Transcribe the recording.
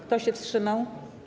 Kto się wstrzymał?